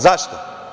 Zašto?